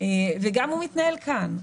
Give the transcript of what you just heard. וגם הוא מתנהל כאן.